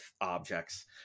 objects